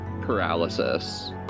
paralysis